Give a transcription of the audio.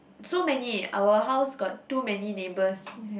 so many our house got too many neighbours